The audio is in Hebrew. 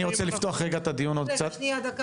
אני רוצה לפתוח את הדיון עוד קצת- -- שנייה דקה,